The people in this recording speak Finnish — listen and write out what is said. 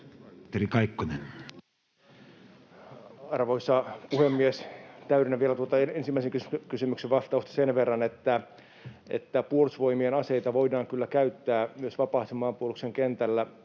Arvoisa puhemies! Täydennän vielä tuota ensimmäisen kysymyksen vastausta sen verran, että Puolustusvoimien aseita voidaan kyllä käyttää myös vapaasti maanpuolustuksen kentällä,